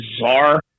bizarre